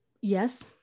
yes